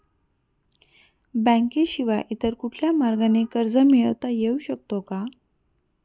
बँकेशिवाय इतर कुठल्या मार्गाने कर्ज मिळविता येऊ शकते का?